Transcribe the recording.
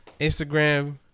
Instagram